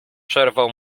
przerwał